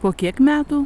po kiek metų